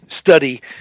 study